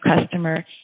customer